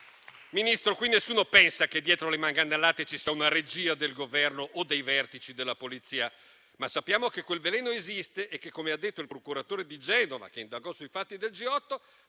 Ministro, qui nessuno pensa che dietro le manganellate ci sia una regia del Governo o dei vertici della Polizia, ma sappiamo che quel veleno esiste e che, come ha detto il procuratore di Genova che indagò sui fatti del G8,